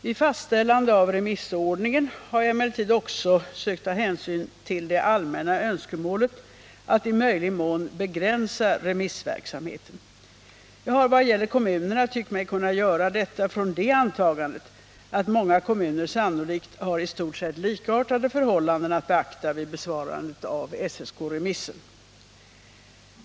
Vid fastställande av remissordningen har jag emellertid också sökt ta hänsyn till det allmänna önskemålet att i möjlig mån begränsa remissverksamheten. Jag har vad gäller kommunerna tyckt mig kunna göra detta från det antagandet att många kommuner sannolikt har i stort sett likartade förhållanden att beakta vid besvarandet av SSK remissen.